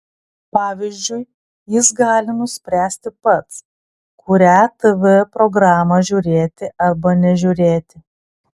pavyzdžiui jis gali nuspręsti pats kurią tv programą žiūrėti arba nežiūrėti